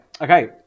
Okay